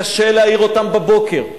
קשה להעיר אותם בבוקר.